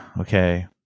okay